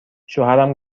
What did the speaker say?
شوهرم